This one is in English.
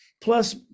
plus